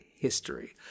history